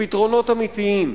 לפתרונות אמיתיים,